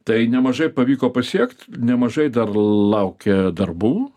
tai nemažai pavyko pasiekt nemažai dar laukia darbų